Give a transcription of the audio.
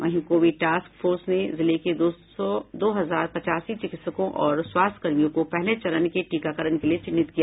वहीं Covid task force ने जिले के दो हजार पचासी चिकित्सकों और स्वास्थ्य कर्मियों को पहले चरण के टीकाकरण के लिए चिन्हित किया है